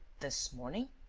this morning?